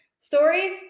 stories